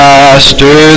Master